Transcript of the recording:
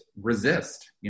resist